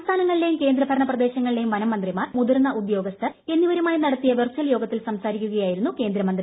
സംസ്ഥാനങ്ങളിലെയും കേന്ദ്രഭരണ പ്രദേശങ്ങളിലെയും വനം മന്ത്രിമാർ സെക്രട്ടറിമാർ മറ്റ് മുതിർന്ന ഉദ്യോഗസ്ഥർ എന്നിവരുമായി നടത്തിയ വെർച്ചൽ യോഗത്തിൽ സംസാരിക്കുകയായിരുന്നു കേന്ദ്രമന്ത്രി